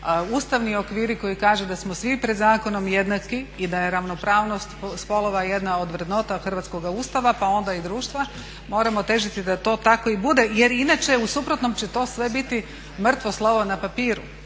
ustavni okviri koji kažu da smo svi pred zakonom jednaki i da je ravnopravnost spolova jedna od vrednota hrvatskoga Ustava pa onda i društva, moramo težiti da to tako i bude jer inače u suprotnom će to sve biti mrtvo slovo na papiru,